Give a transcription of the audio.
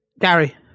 Gary